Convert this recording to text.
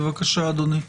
בבקשה אדוני.